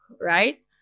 right